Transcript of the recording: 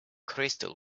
crystal